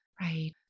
right